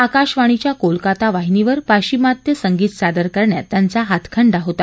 आकाशवाणीच्या कोलकता वाहिनीवर पाशिमात्य संगीत सादर करण्यात त्यांचा हातखंडा होता